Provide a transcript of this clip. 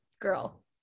girl